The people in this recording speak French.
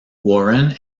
warren